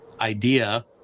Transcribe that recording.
idea